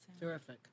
Terrific